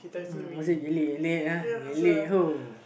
uh was it who